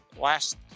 last